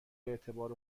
اعتبار